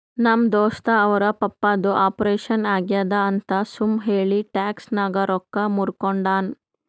ನಮ್ ದೋಸ್ತ ಅವ್ರ ಪಪ್ಪಾದು ಆಪರೇಷನ್ ಆಗ್ಯಾದ್ ಅಂತ್ ಸುಮ್ ಹೇಳಿ ಟ್ಯಾಕ್ಸ್ ನಾಗ್ ರೊಕ್ಕಾ ಮೂರ್ಕೊಂಡಾನ್